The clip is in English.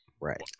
Right